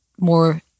more